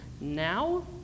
Now